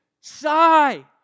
sigh